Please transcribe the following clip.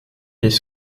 les